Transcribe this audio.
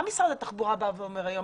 מה משרד התחבורה אומר היום?